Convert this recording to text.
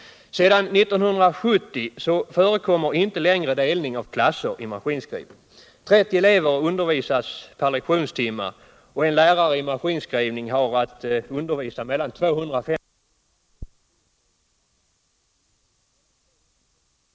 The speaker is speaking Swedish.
Sedan 1970 förekommer inte längre delning av klasser i maskinskrivning. 30 elever undervisas per lektionstimme, och en lärare i maskinskrivning har att undervisa mellan 250 och 350 elever per arbetsvecka. Detta skall jämföras med ett elevantal på mellan 16 och 50 elever per vecka, som gäller för undervisning i vissa andra yrkestekniska och laborativa ämnen.